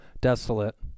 desolate